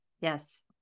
yes